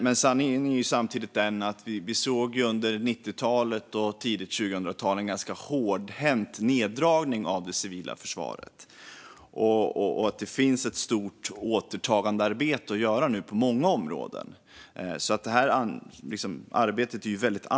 Men sanningen är samtidigt att vi under 90-talet och tidigt 2000-tal såg en ganska hårdhänt neddragning av det civila försvaret och att det därför finns ett stort och angeläget återtagandearbete att göra på många områden.